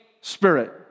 Spirit